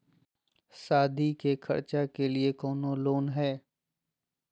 सादी के खर्चा के लिए कौनो लोन है?